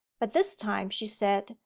but this time she said,